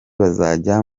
bazajya